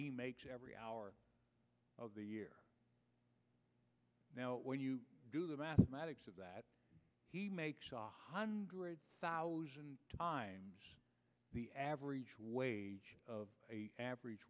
he makes every hour of the year when you do the mathematics of that he makes a hundred thousand times the average wage of a average